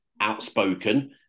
outspoken